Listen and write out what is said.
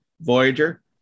Voyager